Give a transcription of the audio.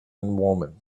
woman